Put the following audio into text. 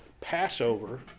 Passover